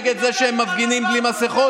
נגד זה שהם מפגינים בלי מסכות?